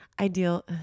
Ideal